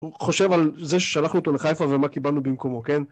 הוא חושב על זה ששלחנו אותו לחיפה ומה קיבלנו במקומו כן